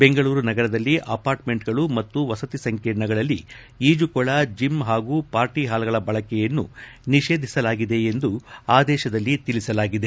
ಬೆಂಗಳೂರು ನಗರದಲ್ಲಿ ಅಪಾರ್ಟ್ಮೆಂಟ್ಗಳು ಮತ್ತು ವಸತಿ ಸಂಕೀರ್ಣಗಳಲ್ಲಿ ಈಜುಕೊಳ ಜಿಮ್ ಹಾಗೂ ಪಾರ್ಟಹಾಲ್ಗಳ ಬಳಕೆಯನ್ನು ನಿಷೇಧಿಸಲಾಗಿದೆ ಎಮದು ಆದೇಶದಲ್ಲಿ ತಿಳಿಸಲಾಗಿದೆ